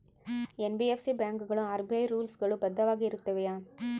NBFC ಬ್ಯಾಂಕುಗಳು RBI rules ಗಳು ಬದ್ಧವಾಗಿ ಇರುತ್ತವೆಯ?